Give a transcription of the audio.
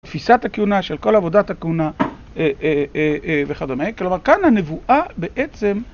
תפיסת הכהונה של כל עבודת הכהונה וכדומה כלומר כאן הנבואה בעצם.